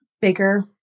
bigger